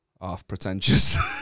half-pretentious